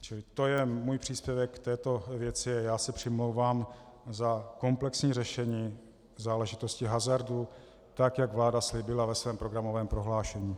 Čili to je můj příspěvek k této věci a já se přimlouvám za komplexní řešení záležitostí hazardu tak, jak vláda slíbila ve svém programovém prohlášení.